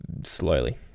slowly